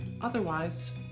Otherwise